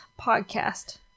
Podcast